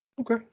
Okay